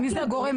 אז טל,